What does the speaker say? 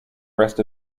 rest